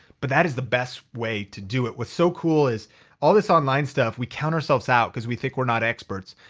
but that is the best way to do it. what's so cool is all this online stuff, we count ourselves out cause we think we're not experts.